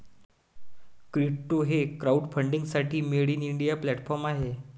कीटो हे क्राउडफंडिंगसाठी made in India platform आहे